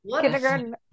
kindergarten